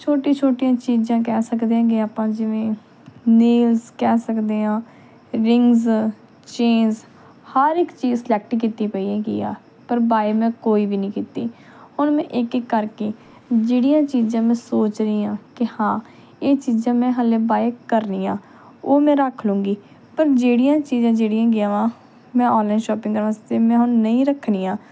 ਛੋਟੀਆਂ ਛੋਟੀਆਂ ਚੀਜ਼ਾਂ ਕਹਿ ਸਕਦੇ ਹੈਗੇ ਆਪਾਂ ਜਿਵੇਂ ਨੇਲਸ ਕਹਿ ਸਕਦੇ ਹਾਂ ਰਿੰਗਸ ਚੇਂਨਜ਼ ਹਰ ਇੱਕ ਚੀਜ਼ ਸਲੈਕਟ ਕੀਤੀ ਪਈ ਹੈਗੀ ਆ ਪਰ ਬਾਏ ਮੈਂ ਕੋਈ ਵੀ ਨਹੀਂ ਕੀਤੀ ਹੁਣ ਮੈਂ ਇੱਕ ਇੱਕ ਕਰਕੇ ਜਿਹੜੀਆਂ ਚੀਜ਼ਾਂ ਮੈਂ ਸੋਚ ਰਹੀ ਹਾਂ ਕਿ ਹਾਂ ਇਹ ਚੀਜ਼ਾਂ ਮੈਂ ਹਾਲੇ ਬਾਏ ਕਰਨੀਆਂ ਉਹ ਮੈਂ ਰੱਖ ਲੂੰਗੀ ਪਰ ਜਿਹੜੀਆਂ ਚੀਜ਼ਾਂ ਜਿਹੜੀਆਂ ਗੀਆਂ ਵਾ ਮੈਂ ਓਨਲਾਈਨ ਸ਼ੋਪਿੰਗ ਕਰਨ ਵਾਸਤੇ ਮੈਂ ਹੁਣ ਨਹੀਂ ਰੱਖਣੀਆਂ